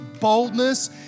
boldness